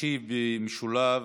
ישיב במשולב,